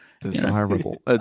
Desirable